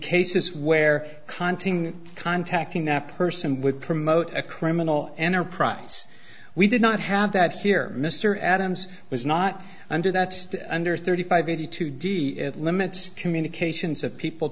cases where contacting contacting that person would promote a criminal enterprise we did not have that here mr adams was not under that under thirty five eighty two d it limits communications of people